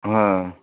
হ্যাঁ